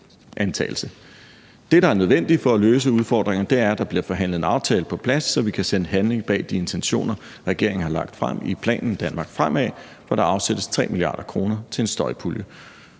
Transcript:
Det, der er nødvendigt for at finde en løsning på udfordringerne, er, at der bliver forhandlet en aftale på plads, så vi kan sætte handling bag de intentioner, regeringen har lagt frem i planen »Danmark fremad«, hvor der afsættes 3 mia. kr. til en støjpulje.